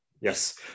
yes